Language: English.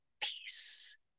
peace